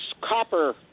copper